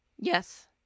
Yes